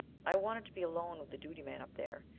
i wanted to be alone with the duty man up there,